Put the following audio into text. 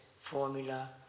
formula